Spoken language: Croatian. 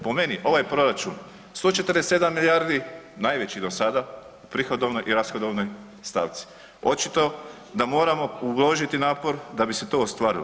Po meni ovaj proračun 147 milijardi najveći do sada prihodovnoj i rashodovnoj stavci, očito da moramo uložiti napor da bi se to ostvarilo.